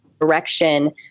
direction